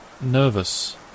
nervous